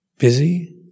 Busy